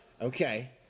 Okay